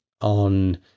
on